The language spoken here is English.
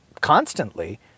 constantly